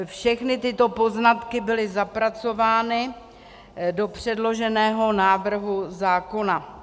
Všechny tyto poznatky byly zapracovány do předloženého návrhu zákona.